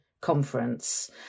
conference